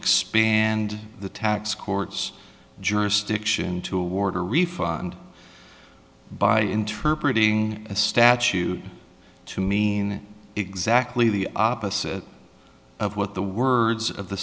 expand the tax court's jurisdiction to award a refund by interpretating a statute to mean exactly the opposite of what the words of the